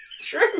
True